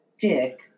Dick